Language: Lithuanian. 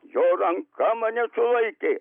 jo ranka mane sulaikė